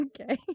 Okay